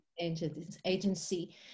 agency